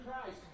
Christ